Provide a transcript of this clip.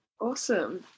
Awesome